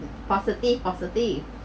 positive positive